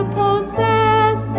possess